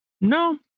No